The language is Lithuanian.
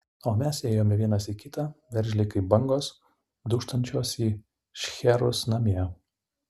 o mes ėjome vienas į kitą veržliai kaip bangos dūžtančios į šcherus namie